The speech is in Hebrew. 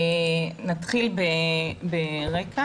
נתחיל ברקע.